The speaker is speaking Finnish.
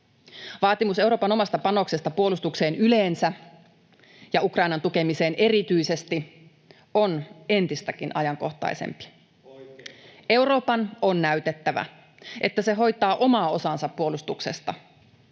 Vaatimus Euroopan omasta panoksesta puolustukseen yleensä ja Ukrainan tukemiseen erityisesti on entistäkin ajankohtaisempi. [Ben Zyskowicz: Oikein!] Euroopan on näytettävä, että se hoitaa oman osansa puolustuksesta.